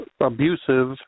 abusive